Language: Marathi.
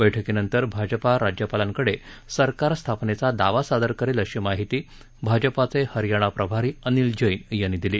बैठकीनंतर भाजप राज्यपालांकडे सरकार स्थापनेचा दावा सादर करेल अशी माहिती भाजपाचे हरयाणा प्रभारी अनिल जैन यांनी दिली